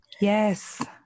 Yes